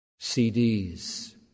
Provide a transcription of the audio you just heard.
CDs